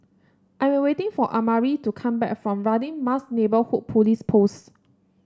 I am waiting for Amari to come back from Radin Mas Neighbourhood Police Post